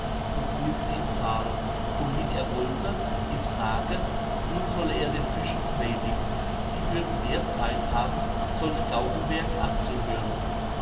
und ließen ihn fahren wohin er wollte ihm sagend nun solle er den fischen predigen die würden mehr zeit haben solch gaukelwerk anzuhören